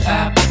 app